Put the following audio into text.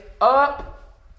up